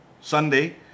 Sunday